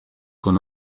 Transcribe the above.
con